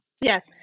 Yes